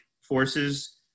forces